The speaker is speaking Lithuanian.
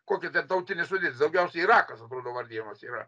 kokia tarptautinė sudėtis daugiausia irakas atrodo vardijamas yra